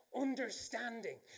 understanding